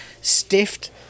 stiffed